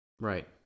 Right